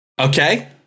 Okay